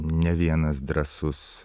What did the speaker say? ne vienas drąsus